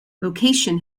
location